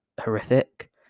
horrific